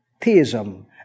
theism